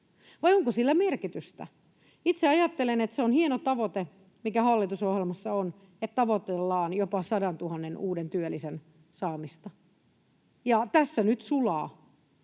Vai onko sillä merkitystä? Itse ajattelen, että se on hieno tavoite, mikä hallitusohjelmassa on, että tavoitellaan jopa 100 000 uuden työllisen saamista, ja tässä nyt sulaa